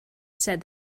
said